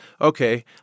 okay